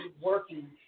working